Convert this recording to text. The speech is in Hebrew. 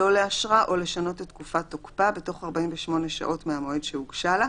לא לאשרה או לשנות את תקופת תוקפה בתוך 48 שעות מהמועד שהוגשה לה.